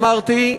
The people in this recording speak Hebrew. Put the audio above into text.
אמרתי,